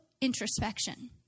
introspection